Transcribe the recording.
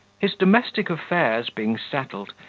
his domestic affairs being settled,